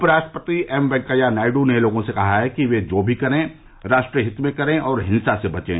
उपराष्ट्रपति एम वैंकैया नायड् ने लोगों से कहा है कि वे जो भी करें राष्ट्रहित में करें और हिंसा से बचें